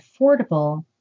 affordable